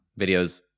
videos